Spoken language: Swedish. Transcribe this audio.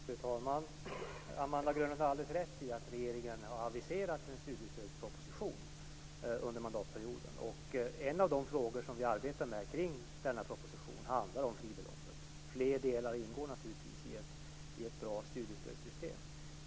Fru talman! Amanda Grönlund har alldeles rätt i att regeringen har aviserat en studiestödsproposition under mandatperioden. En av de frågor som vi arbetar med kring denna proposition handlar om fribeloppet. Fler delar ingår naturligtvis i ett bra studiestödssystem.